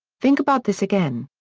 think about this again.